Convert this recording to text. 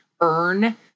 earn